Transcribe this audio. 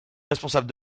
responsable